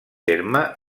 terme